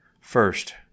First